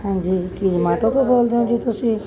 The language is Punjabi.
ਹਾਂਜੀ ਕੀ ਜਮਾਟੋ ਤੋਂ ਬੋਲਦੇ ਹੋ ਜੀ ਤੁਸੀਂ